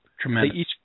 Tremendous